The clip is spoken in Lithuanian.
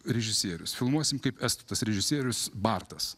režisierius filmuosim kaip estų tas režisierius bartas